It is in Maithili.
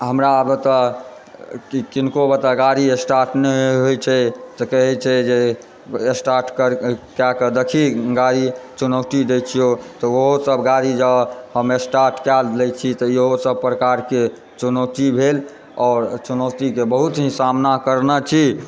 हमरा आगा तऽ किनको अगर गाड़ी स्टार्ट नहि होइत छै तऽ कहै छै जे स्टार्ट कए कऽ देखही गाड़ी चुनौती दैत छियौक तऽ ओहो सब गाड़ी जब हम स्टार्ट कए लैत छी ओहो सब प्रकारके चुनौती भेल आओर चुनौतीके बहुत ही सामना करने छी